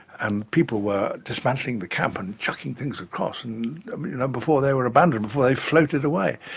and people were dismantling the camp and chucking things across and you know before they were abandoned, before they floated away.